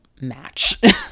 match